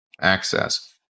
access